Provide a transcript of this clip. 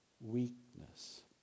weakness